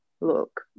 look